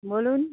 বলুন